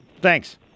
Thanks